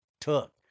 took